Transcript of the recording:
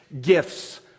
gifts